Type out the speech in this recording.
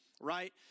right